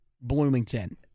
Bloomington